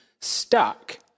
stuck